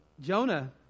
Jonah